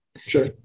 Sure